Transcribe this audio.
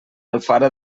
alfara